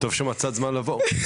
טוב שמצאת זמן לבוא.